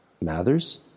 Mathers